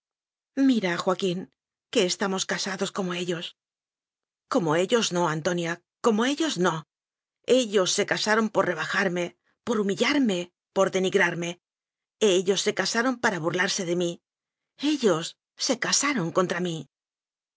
mira joaquín que estamos casados como ellos como ellos no antonia como ellos no ellos se casaron por rebajarme por humillar me por denigrarme ellos se casaron para burlarse de mí ellos se casaron contra mí